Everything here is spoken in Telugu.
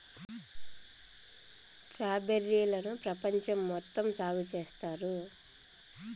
స్ట్రాబెర్రీ లను పెపంచం మొత్తం సాగు చేత్తారు